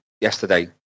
yesterday